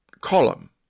column